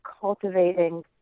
cultivating